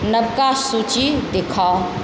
नवका सूची देखाऊ